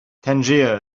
tangier